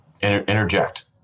interject